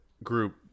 Group